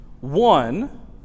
One